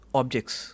objects